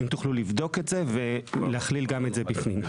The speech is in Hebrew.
אם תוכלו לבדוק את זה ולהכליל גם את זה בפנים?